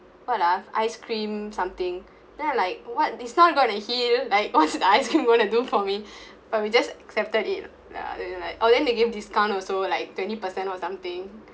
what ah ice cream something then I like what it's not gonna heal like what's the ice cream gonna do for me but we just accepted it lah then you like oh then they give discount also like twenty percent or something